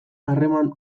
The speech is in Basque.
harreman